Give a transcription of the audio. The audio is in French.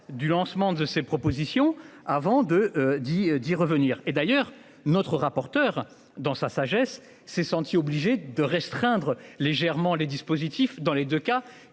du lancement de ses propositions avant de d'y, d'y revenir. Et d'ailleurs notre rapporteur dans sa sagesse s'est senti obligé de restreindre légèrement les dispositifs dans les 2 cas